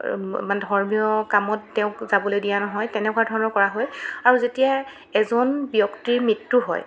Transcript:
মানে ধৰ্মীয় কামত তেওঁক যাবলৈ দিয়া নহয় এনেকুৱা ধৰণৰ কৰা হয় আৰু যেতিয়া এজন ব্যক্তিৰ মৃত্যু হয়